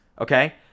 okay